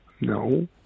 No